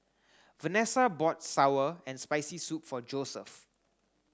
Vanessa bought sour and spicy soup for Joeseph